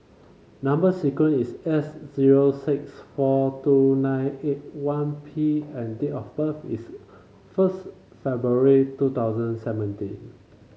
number sequence is S zero six four two nine eight one P and date of birth is first February two thousand and seventeen